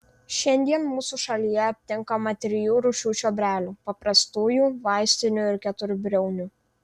šiandien mūsų šalyje aptinkama trijų rūšių čiobrelių paprastųjų vaistinių ir keturbriaunių